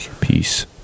Peace